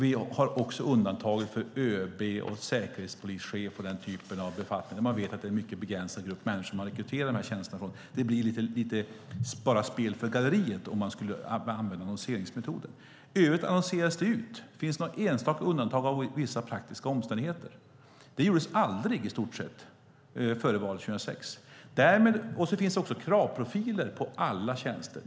Vi har också undantag för ÖB, säkerhetspolischef och den typen av befattningar där man vet att tjänsterna rekryteras från en mycket begränsad grupp människor. Det blir bara ett spel för gallerierna om man skulle använda annonseringsmetoden. I övrigt annonseras tjänsterna ut. Det gjordes i stort sett aldrig före valet 2006. Det finns några enstaka undantag av vissa praktiska skäl. Det finns också kravprofiler för alla tjänster.